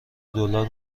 دلار